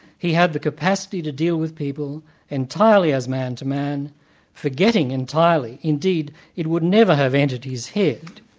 he had the capacity to deal with people entirely as man-to-man, forgetting entirely, indeed it would never have entered his head,